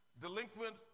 delinquent